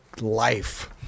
life